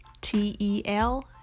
T-E-L